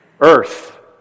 Earth